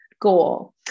goal